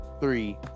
three